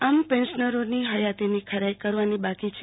આમ પેન્શનરોની હયાતીની ખરાઈ કરવાની બાકી છે